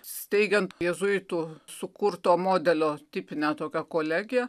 steigiant jėzuitų sukurto modelio tipinę tokią kolegiją